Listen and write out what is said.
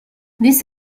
this